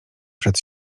przed